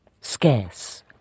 scarce